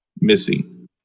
missing